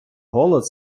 голод